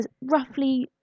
roughly